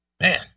man